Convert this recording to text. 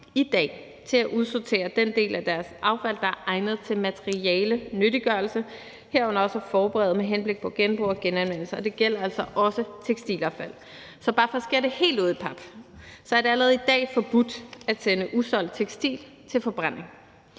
pligt til at udsortere den del af deres affald, der er egnet til materiale, altså nyttiggørelse, herunder også at forberede det med henblik på genbrug og genanvendelse. Og det gælder altså også tekstilaffald. Så bare for at skære det helt ud i pap er det allerede i dag forbudt at sende usolgt tekstil til forbrænding.